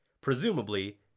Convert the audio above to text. Presumably